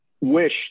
wish